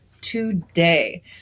today